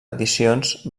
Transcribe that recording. edicions